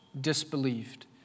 disbelieved